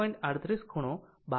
38 ખૂણો 22